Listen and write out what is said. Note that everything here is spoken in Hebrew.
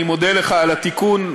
אני מודה לך על התיקון,